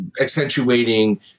accentuating